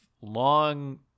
long